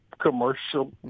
commercial